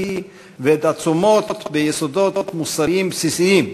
ובצומות את היסודות המוסריים הבסיסיים,